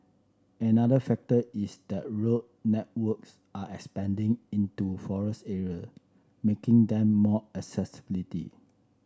another factor is that road networks are expanding into forest area making them more accessibility